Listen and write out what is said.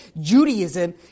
Judaism